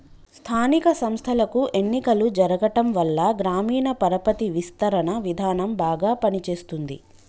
స్థానిక సంస్థలకు ఎన్నికలు జరగటంవల్ల గ్రామీణ పరపతి విస్తరణ విధానం బాగా పని చేస్తుంది